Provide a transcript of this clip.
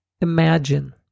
imagine